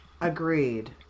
agreed